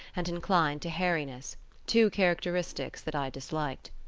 and inclined to hairyness two characteristics that i disliked.